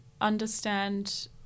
understand